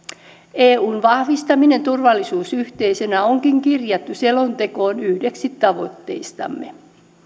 eun vahvistaminen turvallisuusyhteisönä onkin kirjattu selontekoon yhdeksi tavoitteistamme